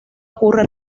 ocurre